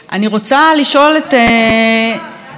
אני רוצה לשאול את, ואת לא ידעת.